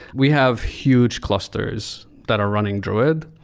we have huge clusters that are running druid,